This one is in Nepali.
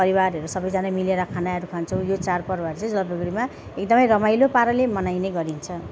परिवारहरू सबैजना मिलेर खानाहरू खान्छौँ यो चाडपर्वहरू चाहिँ जरुरीमा एकदमै रमाइलो पाराले मनाइने गरिन्छ